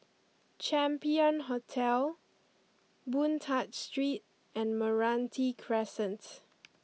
Champion Hotel Boon Tat Street and Meranti Crescent